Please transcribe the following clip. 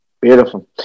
Beautiful